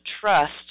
trust